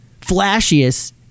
flashiest